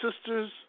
sisters